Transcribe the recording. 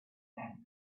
tank